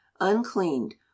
uncleaned